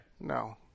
No